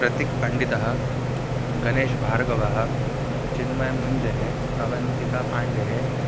प्रतीक् पण्डितः गणेश् भार्गवः चिन्मयमुञ्जेः अवन्तिका पाण्डेः